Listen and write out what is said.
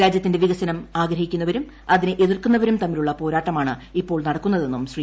രാജ്യത്തിന്റെ വികസനം ആഗ്രഹിക്കുന്നവരും അതിനെ എതിർക്കുന്നവരും തമ്മിലുള്ള പോരാട്ടമാണ് ഇപ്പോൾ നടക്കുന്നതെന്നും ശ്രീ